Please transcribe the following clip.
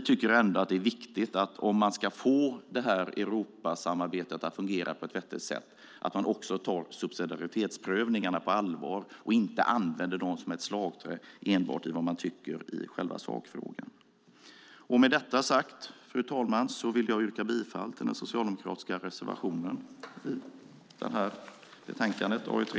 subsidiaritetsprövning. Om man ska få Europasamarbetet att fungera på ett vettigt sätt tycker vi ändå att det är viktigt att man tar subsidiaritetsprövningarna på allvar och inte enbart använder dem som ett slagträ när det gäller vad man tycker i själva sakfrågan. Med detta sagt, fru talman, yrkar jag bifall till den socialdemokratiska reservationen i utlåtande AU3.